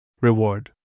reward